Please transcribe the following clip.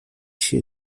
się